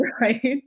Right